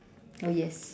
oh yes